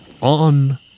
on